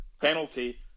penalty